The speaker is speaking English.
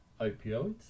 opioids